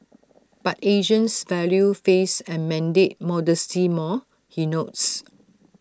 but Asians value face and mandate modesty more he notes